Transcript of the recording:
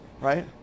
right